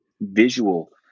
visual